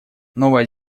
новая